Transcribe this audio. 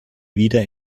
wieder